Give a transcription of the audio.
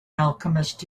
alchemist